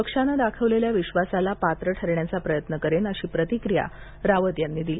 पक्षांनं दाखवलेलल्या विश्वासाला पात्र ठरण्याचा प्रयत्न करेन अशी प्रतिक्रिया रावत यांनी दिली